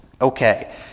Okay